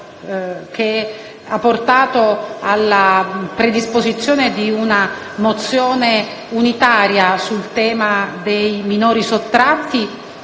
che ha portato alla predisposizione di un testo unitario sul tema dei minori sottratti.